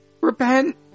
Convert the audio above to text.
repent